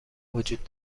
وجود